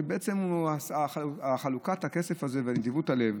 שבעצם חלוקת הכסף הזה ונדיבות הלב,